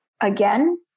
Again